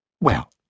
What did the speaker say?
Well